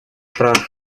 прав